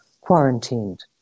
quarantined